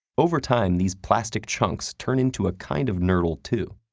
over time, these plastic chunks turn into a kind of nurdle, too,